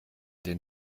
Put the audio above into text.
den